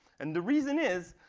and the reason is,